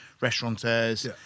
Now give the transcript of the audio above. restaurateurs